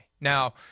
Now